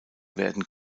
werden